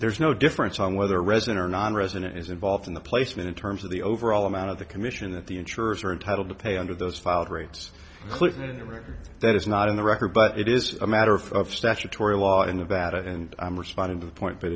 there's no difference on whether resident or nonresident is involved in the placement in terms of the overall amount of the commission that the insurers are entitled to pay under those filed rates clinton and the rate that is not in the record but it is a matter of statutory law in nevada and i'm responding to the point